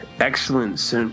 excellent